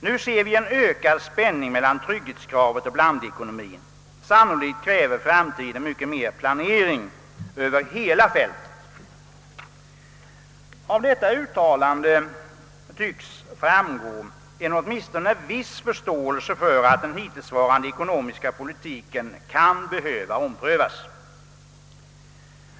Nu ser vi en ökad spänning mellan trygghetskravet och blandekonomien. Sannolikt kräver framtiden mycket mer planering över hela fältet.» Detta uttalande tycks visa en viss förståelse för tanken att den hittillsvarande ekonomiska politiken kan behöva omprövas.